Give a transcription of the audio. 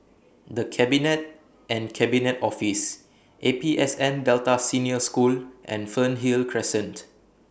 The Cabinet and Cabinet Office A P S N Delta Senior School and Fernhill Crescent